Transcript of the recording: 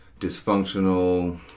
dysfunctional